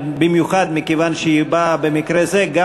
במיוחד מכיוון שהיא באה במקרה הזה גם